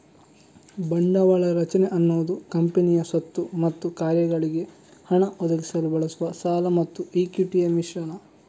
ಬಂಡವಾಳ ರಚನೆ ಅನ್ನುದು ಕಂಪನಿಯ ಸ್ವತ್ತು ಮತ್ತು ಕಾರ್ಯಗಳಿಗೆ ಹಣ ಒದಗಿಸಲು ಬಳಸುವ ಸಾಲ ಮತ್ತು ಇಕ್ವಿಟಿಯ ಮಿಶ್ರಣ